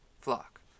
flock